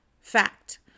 Fact